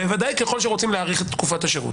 בוודאי ככל שרוצים להאריך את תקופת השירות.